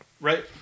Right